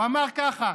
הוא אמר ככה: